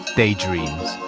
daydreams